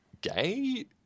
gay